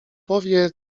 powie